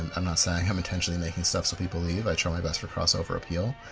um i'm not saying i'm intentionally making stuff so people leave, i try my best for crossover appeal.